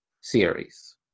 series